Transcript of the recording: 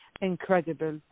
incredible